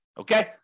Okay